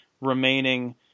remaining